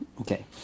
Okay